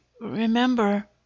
remember